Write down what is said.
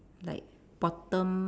like bottom